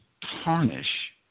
tarnish